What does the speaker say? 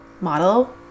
model